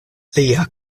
lia